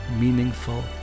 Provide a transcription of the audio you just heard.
meaningful